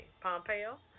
Pompeo